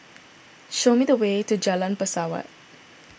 show me the way to Jalan Pesawat